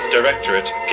Directorate